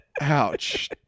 ouch